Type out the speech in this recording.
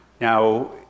Now